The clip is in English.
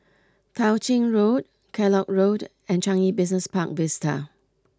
Tao Ching Road Kellock Road and Changi Business Park Vista